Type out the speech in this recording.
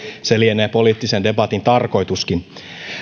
se lienee poliittisen debatin tarkoituskin